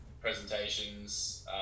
presentations